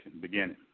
beginning